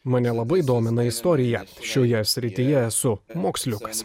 mane labai domina istorija šioje srityje esu moksliukas